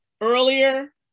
earlier